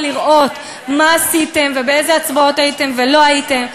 לראות מה עשיתם ובאיזה הצבעות הייתם ולא הייתם.